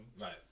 Right